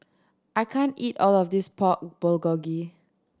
I can't eat all of this Pork Bulgogi